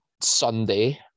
Sunday